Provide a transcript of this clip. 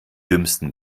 dümmsten